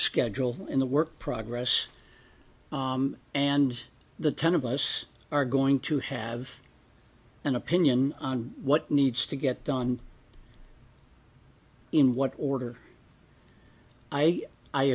schedule and the work progress and the ten of us are going to have an opinion on what needs to get done in what order i i